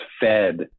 fed